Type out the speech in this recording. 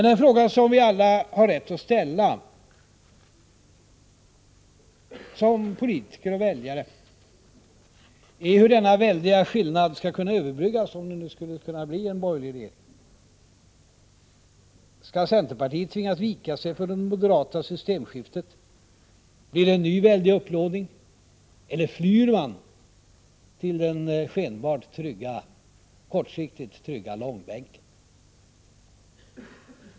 Den fråga som vi alla som politiker och väljare har rätt att ställa är hur denna väldiga skillnad skall kunna överbryggas, om det skulle kunna bli en borgerlig regering. Skall centerpartiet tvingas vika sig för det moderata ”systemskiftet”, blir det en ny väldig upplåning — eller flyr man till den skenbart kortsiktigt trygga långbänken?